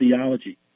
theology